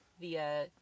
via